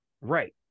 right